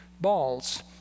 balls